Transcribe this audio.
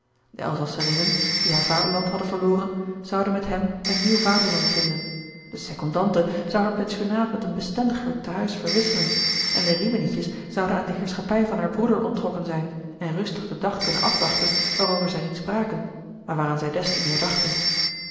de elzasserinnen die haar vaderland hadden verloren zouden met hem een nieuw vaderland vinden de secondante zou haar pensionaat met een bestendiger te huis verwisselen en de riminietjes zouden aan de heerschappij van haar broeder onttrokken zijn en rustig den dag kunnen afwachten waarover zij niet spraken maar waaraan zij des te meer dachten